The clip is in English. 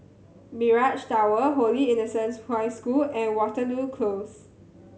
Mirage Tower Holy Innocents' High School and Waterloo Close